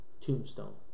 tombstone